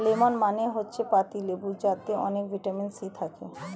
lemon মানে হচ্ছে পাতিলেবু যাতে অনেক ভিটামিন সি থাকে